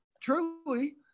truly